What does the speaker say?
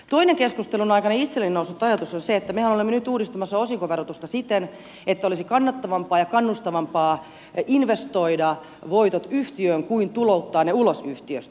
toinen keskustelun aikana itselleni noussut ajatus on se että mehän olemme nyt uudistamassa osinkoverotusta siten että olisi kannattavampaa ja kannustavampaa investoida voitot yhtiöön kuin tulouttaa ne ulos yhtiöstä